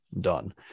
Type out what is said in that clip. done